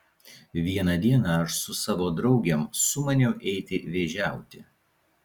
vieną dieną aš su savo draugėm sumaniau eiti vėžiauti